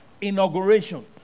inauguration